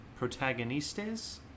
protagonistes